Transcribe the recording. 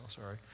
sorry